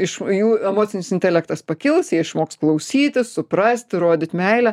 iš jų emocinis intelektas pakils jie išmoks klausytis suprasti rodyt meilę